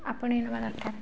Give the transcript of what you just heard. ଆପଣାଇ ନେବା ଦରକାର